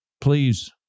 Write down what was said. please